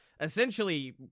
essentially